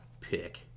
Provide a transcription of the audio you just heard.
pick